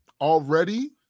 already